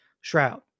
shroud